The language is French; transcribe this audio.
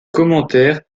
commentaires